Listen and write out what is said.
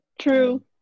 True